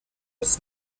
was